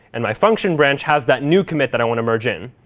and my function branch has that new commit that i want to merge in.